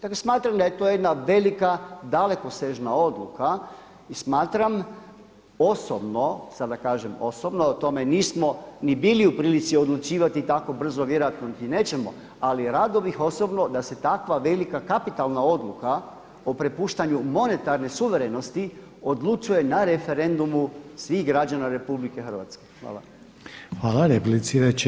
Dakle smatram da je to jedna velika, dalekosežna odluka i smatram osobno, sada kažem osobno, o tome nismo ni bili u prilici odlučivati tako brzo, vjerojatno ni nećemo ali rado bih osobno da se takva velika kapitalna odluka o prepuštanju monetarne suverenosti odlučuje na referendumu svih građana RH.